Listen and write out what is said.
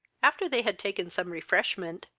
after they had taken some refreshment,